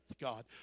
God